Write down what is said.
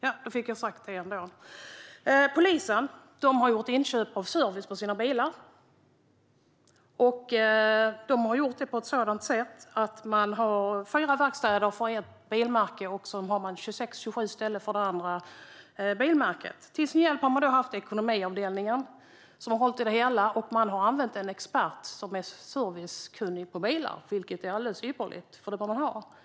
Nu fick jag detta sagt ändå. Polisen har gjort inköp av service på sina bilar. De har gjort det på ett sådant sätt att de har 4 verkstäder för ett bilmärke och 26-27 för det andra bilmärket. Till sin hjälp har de haft ekonomiavdelningen, som har hållit i det hela. De har också använt en expert som är servicekunnig på bilar, vilket är alldeles ypperligt, för det bör man ha.